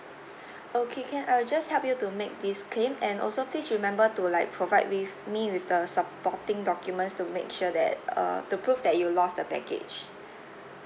okay can uh just help you to make this claim and also please remember to like provide with we me with the supporting documents to make sure that err to prove that you lost the baggage